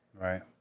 Right